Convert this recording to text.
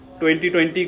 2020